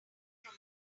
from